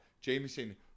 Jameson